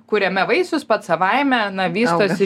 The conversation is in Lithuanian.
kuriame vaisius pats savaime vystosi